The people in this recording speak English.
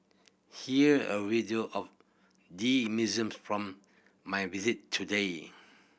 here a video of the museum from my visit today